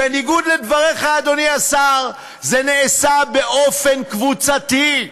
בניגוד לדבריך, אדוני השר, זה נעשה באופן קבוצתי,